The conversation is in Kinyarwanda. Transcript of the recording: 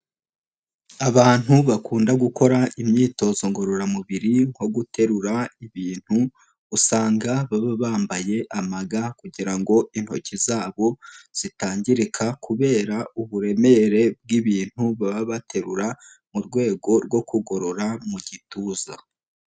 Abantu bakunda gukora imyitozo ngororamubiri nko guterura ibintu, usanga baba bambaye amaga kugira ngo intoki zabo zitangirika kubera uburemere bw'ibintu baba baterura, mu rwego rwo kugorora mu gituza.